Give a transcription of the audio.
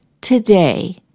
today